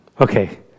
okay